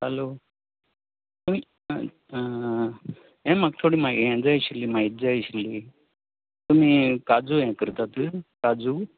hello आं आं हें म्हाका थोडी हें जाय आशिल्ली म्हायती जाय आशिल्ली तुमी काजू हें करतात काजू